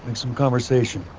some conversation.